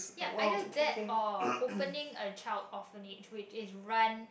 yup either that or opening a child orphanage which is run